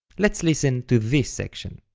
let's listen to this section.